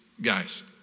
guys